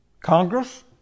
Congress